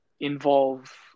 involve